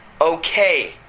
okay